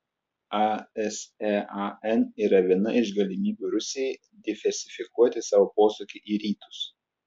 asean yra viena iš galimybių rusijai diversifikuoti savo posūkį į rytus